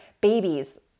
babies